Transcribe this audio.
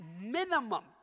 minimum